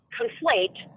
conflate